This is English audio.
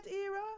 era